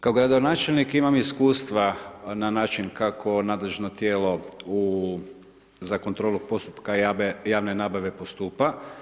Kao gradonačelnik imam iskustva na način kako nadležno tijelo za kontrolu postupka javne nabave postupa.